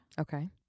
Okay